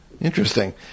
Interesting